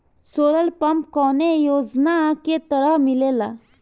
Solar pump कौने योजना के तहत मिलेला?